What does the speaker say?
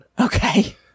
Okay